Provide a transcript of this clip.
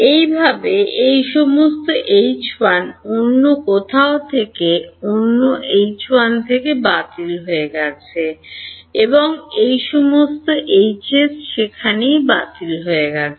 এইভাবে এই সমস্ত H1 অন্য কোথাও থেকে অন্য H1 থেকে বাতিল হয়ে গেছে এবং সমস্ত এইচএস সেখানেই বাতিল হয়ে গেছে